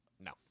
No